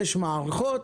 יש מערכות,